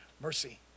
mercy